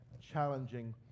challenging